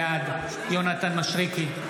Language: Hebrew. בעד יונתן מישרקי,